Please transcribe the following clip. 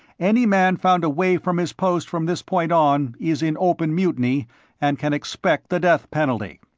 any man found away from his post from this point on is in open mutiny and can expect the death penalty.